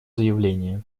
заявление